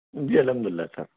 جی الحمد للہ سر